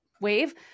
wave